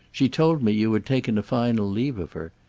she told me you had taken a final leave of her.